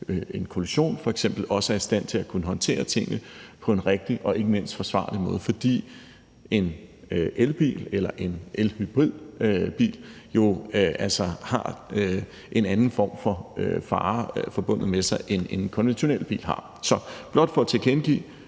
en kollision f.eks., også er i stand til at kunne håndtere tingene på en rigtig og ikke mindst forsvarlig måde. For en elbil eller en hybridbil har jo altså en anden form for fare forbundet med sig, end en konventionel bil har. Så det er blot for at tilkendegive,